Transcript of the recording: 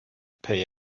pay